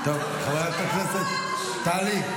טלי,